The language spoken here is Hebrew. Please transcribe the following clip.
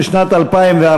70,